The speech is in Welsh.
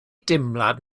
deimlad